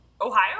Ohio